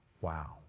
Wow